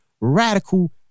Radical